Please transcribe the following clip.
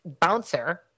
bouncer